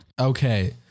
Okay